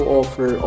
offer